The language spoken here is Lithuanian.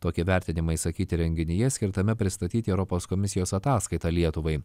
tokie vertinimai išsakyti renginyje skirtame pristatyti europos komisijos ataskaitą lietuvai